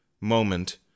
moment